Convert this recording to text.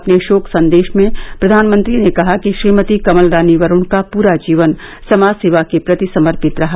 अपने शोक संदेश में प्रधानमंत्री ने कहा कि श्रीमती कमल रानी वरूण का पूरा जीवन समाजसेवा के प्रति समर्पित रहा